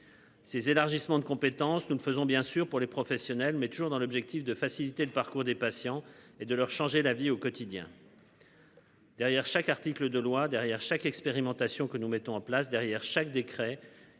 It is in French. Ces élargissements de compétences nous faisons bien sûr pour les professionnels mais toujours dans l'objectif de faciliter le parcours des patients et de leur changer la vie au quotidien. Derrière chaque article de loi derrière chaque expérimentation que nous mettons en place derrière chaque décret